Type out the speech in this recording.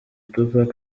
tupac